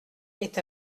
est